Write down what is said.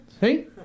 See